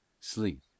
SLEEP